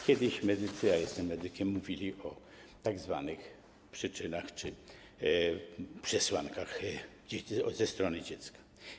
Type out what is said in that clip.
Kiedyś medycy, a jestem medykiem, mówili o tzw. przyczynach czy przesłankach ze strony dziecka.